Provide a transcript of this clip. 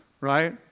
right